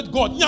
God